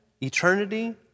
eternity